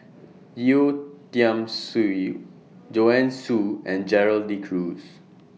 Yeo Tiam Siew Joanne Soo and Gerald De Cruz